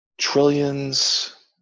trillions